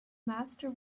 master